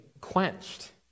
quenched